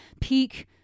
peak